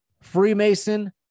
Freemason